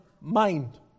mind